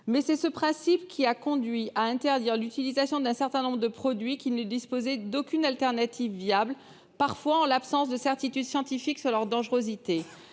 Mais c'est ce principe qui a conduit à interdire l'utilisation d'un certain nombre de produits qui ne disposaient d'aucune alternative viable, parfois en l'absence de certitude scientifique sur leur dangerosité.